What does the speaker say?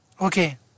Okay